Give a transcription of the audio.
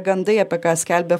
gandai apie ką skelbia